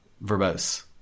verbose